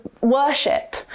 worship